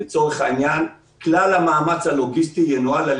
לצורך העניין כלל המאמץ הלוגיסטי ינוהל על